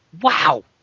wow